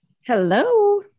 Hello